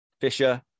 Fisher